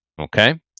Okay